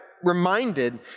Reminded